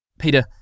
Peter